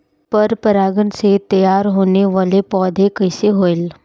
पर परागण से तेयार होने वले पौधे कइसे होएल?